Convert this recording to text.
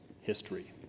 History